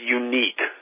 unique